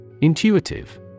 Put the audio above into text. Intuitive